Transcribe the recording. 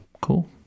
Cool